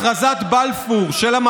הכרזת בלפור של בריטניה,